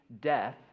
death